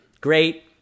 great